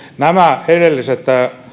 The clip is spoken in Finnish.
nämä edelliset